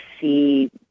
see